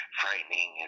frightening